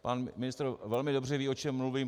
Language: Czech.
Pan ministr velmi dobře ví, o čem mluvím.